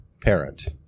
parent